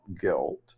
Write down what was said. guilt